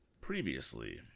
Previously